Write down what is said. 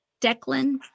Declan